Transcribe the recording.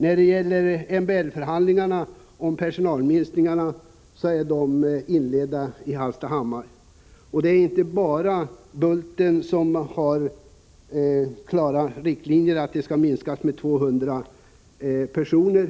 När det gäller MBL-förhandlingarna om personalminskningar vill jag nämna att dessa har inletts. Det är inte bara Bulten i Hallstahammar som har angett klara riktlinjer för att man skall minska personalen med 200 personer.